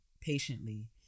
patiently